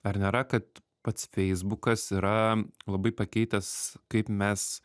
ar nėra kad pats feisbukas yra labai pakeitęs kaip mes